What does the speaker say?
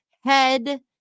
head